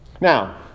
Now